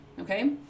Okay